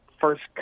first